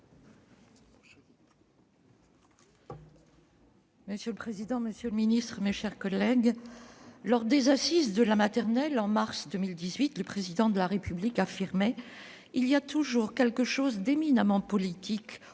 Monsieur le président, monsieur le ministre, mes chers collègues, lors des assises de la maternelle, en mars 2018, le Président de la République affirmait :« Il y a toujours quelque chose d'éminemment politique au